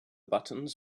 buttons